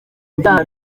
ibyaha